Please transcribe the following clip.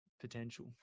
potential